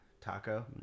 taco